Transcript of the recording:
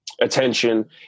attention